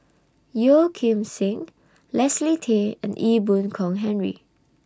Yeo Kim Seng Leslie Tay and Ee Boon Kong Henry